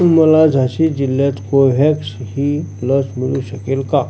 मला झाशी जिल्ह्यात कोव्हॅक्स ही लस मिळू शकेल का